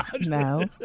No